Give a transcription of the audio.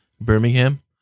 Birmingham